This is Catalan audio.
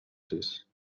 sis